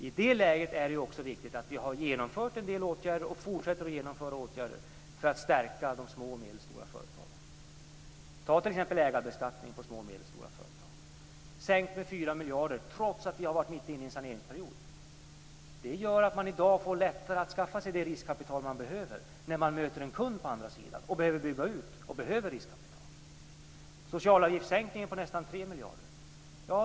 I det läget är det också viktigt att vi har genomfört en del åtgärder och fortsätter att genomföra åtgärder för att stärka de små medelstora företagen. Ta t.ex. ägarbeskattningen på små och medelstora företag. Den har sänkts med 4 miljarder trots att vi har varit mitt inne i en saneringsperiod. Det gör att man får lättare att skaffa sig det riskkapital som man behöver när man möter en kund på andra sidan, måste bygga ut och behöver riskkapital. Det har genomförts socialavgiftssänkningar på nästan 3 miljarder.